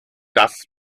das